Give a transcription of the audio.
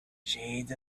shades